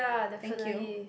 thank you